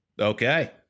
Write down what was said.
okay